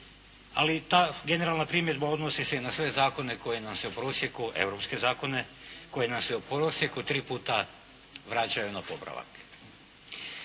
ali ta generalna primjedba odnosi se i na sve zakone, europske zakone koji nam se u prosjeku tri puta vraćaju na popravak.